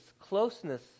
closeness